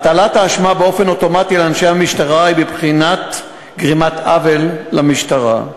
הטלת האשמה באופן אוטומטי על אנשי המשטרה היא בבחינת גרימת עוול למשטרה.